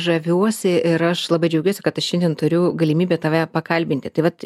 žaviuosi ir aš labai džiaugiuosi kad aš šiandien turiu galimybę tave pakalbinti tai vat